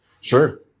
Sure